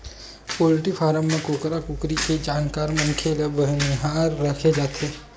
poultry farm म कुकरा कुकरी के जानकार मनखे ल बनिहार राखे जाथे